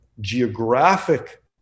geographic